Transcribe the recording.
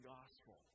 Gospel